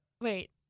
Wait